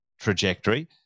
trajectory